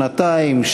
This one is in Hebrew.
שנתיים,